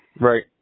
Right